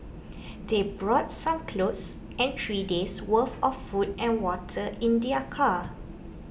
they brought some clothes and three days' worth of food and water in their car